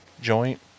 joint